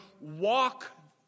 walk